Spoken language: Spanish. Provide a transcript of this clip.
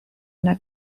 una